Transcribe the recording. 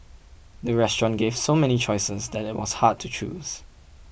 the restaurant gave so many choices that it was hard to choose